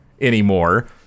anymore